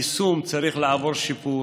היישום צריך לעבור שיפור.